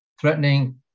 threatening